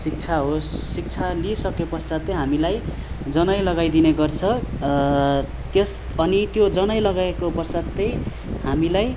शिक्षा होस् शिक्षा लिइसकेपश्चातै हामीलाई जनै लगाइदिने गर्छ त्यस अनि त्यो जनै लगाएको पश्चातै हामीलाई